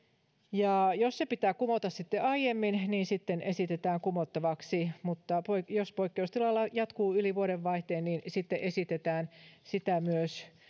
jos se pitää kumota aiemmin niin sitten se esitetään kumottavaksi mutta jos poikkeustila jatkuu yli vuodenvaihteen niin sitten esitetään sitä